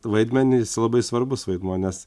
vaidmenį jis labai svarbus vaidmuo nes